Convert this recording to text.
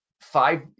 five